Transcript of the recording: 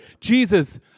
Jesus